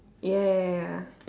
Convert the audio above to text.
ya ya ya ya